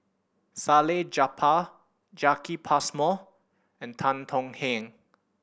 Salleh Japar Jacki Passmore and Tan Tong Hye